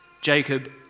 Jacob